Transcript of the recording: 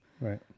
right